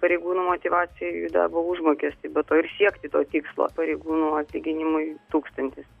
pareigūnų motyvaciją darbo užmokestį be to ir siekti to tikslo pareigūnų atlyginimui tūkstantis